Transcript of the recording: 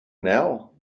now